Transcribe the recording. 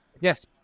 yes